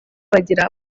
bagira